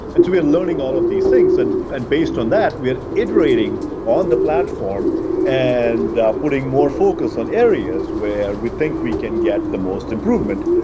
and so we are learning all of these things, and and based on that we are iterating on the platform and ah putting more focus on areas where we think we can get the most improvement,